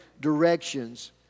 directions